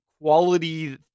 quality